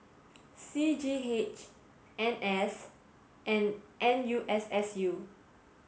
C G H N S and N U S S U